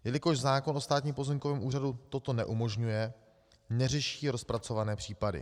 Jelikož zákon o Státním pozemkovém úřadu toto neumožňuje, neřeší rozpracované případy.